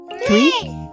Three